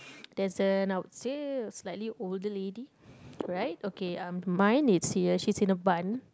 there's a and I would say a slightly older lady right okay um mine it's here she's in a bun